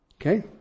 Okay